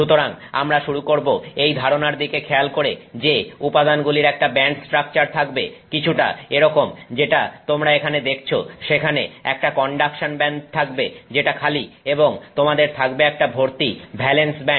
সুতরাং আমরা শুরু করব এই ধারণার দিকে খেয়াল করে যে উপাদানগুলির একটা ব্যান্ড স্ট্রাকচার থাকবে কিছুটা এরকম যেটা তোমরা এখানে দেখছো সেখানে একটা কন্ডাকশন ব্যান্ড থাকবে যেটা খালি এবং তোমাদের থাকবে একটা ভর্তি ভ্যালেন্স ব্যান্ড